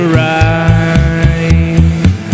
ride